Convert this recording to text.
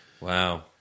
Wow